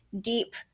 deep